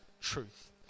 truth